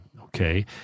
okay